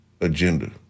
agenda